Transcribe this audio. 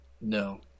No